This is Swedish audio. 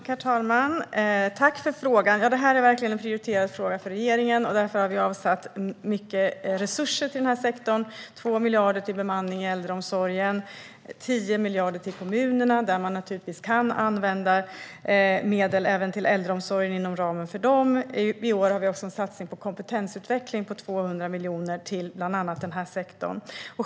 Herr talman! Tack för frågan, Anna-Lena Sörenson! Det här är verkligen en prioriterad fråga för regeringen, och därför har vi avsatt mycket resurser till den här sektorn: 2 miljarder till bemanning i äldreomsorgen och 10 miljarder till kommunerna som naturligtvis kan använda medel även till äldreomsorgen inom ramen för detta. I år har vi också en satsning på kompetensutveckling på 200 miljoner till bland annat den här sektorn.